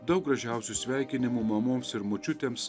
daug gražiausių sveikinimų mamoms ir močiutėms